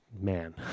Man